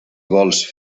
vols